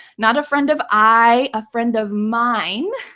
not a friend of i, a friend of mine